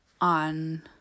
on